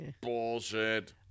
Bullshit